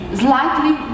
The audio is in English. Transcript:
slightly